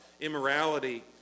immorality